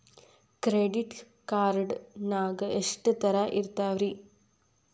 Credit card ನಾಗ ಎಷ್ಟು ತರಹ ಇರ್ತಾವ್ರಿ?